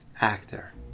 actor